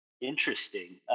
Interesting